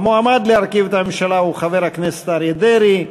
המועמד להרכיב את הממשלה הוא חבר הכנסת אריה דרעי,